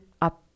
up